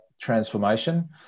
transformation